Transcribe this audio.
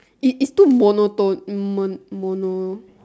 it's it's too monotone mo~ mono~